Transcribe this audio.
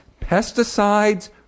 pesticides